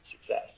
success